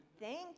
thank